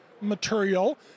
material